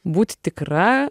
būti tikra